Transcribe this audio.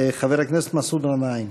חבר הכנסת מסעוד גנאים.